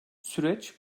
süreç